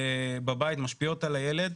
בבית, משפיעות על הילד.